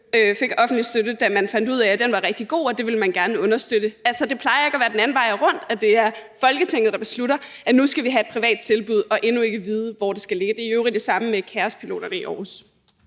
fik offentlig støtte, da man fandt ud af, at den var rigtig god, og at det ville man gerne understøtte. Det plejer ikke at være den anden vej rundt, altså at det er Folketinget, der beslutter, at nu skal vi have et privat tilbud – og endnu ikke vide, hvor det skal ligge. Det var i øvrigt det samme med KaosPiloterne i Aarhus.